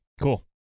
Cool